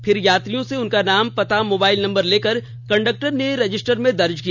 फिर यात्रियों से उनका नाम पता मोबाइल नंबर लेकर कंडक्टर ने रजिस्टर में दर्ज किया